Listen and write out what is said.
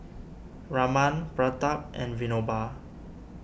Raman Pratap and Vinoba